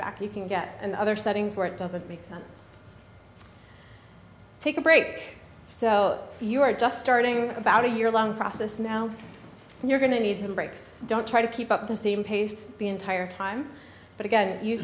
feedback you can get in other settings where it doesn't make sense take a break so you are just starting about a year long process now and you're going to need some breaks don't try to keep up the steam paced the entire time but again